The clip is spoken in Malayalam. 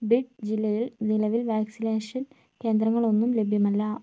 ബിഡ് ജില്ലയിൽ നിലവിൽ വാക്സിനേഷൻ കേന്ദ്രങ്ങളൊന്നും ലഭ്യമല്ല